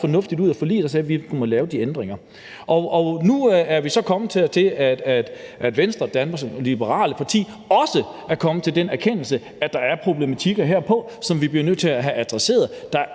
fornuftigt, ud af forliget og sagde: Vi må lave de ændringer? Nu er vi så kommet dertil, hvor Venstre – Danmarks Liberale Parti – også er kommet til den erkendelse, at der er problematikkerher, som vi bliver nødt til at få adresseret. Der er